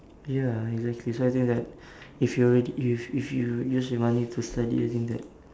ya exactly so I think that if you if if you use your money to study I think that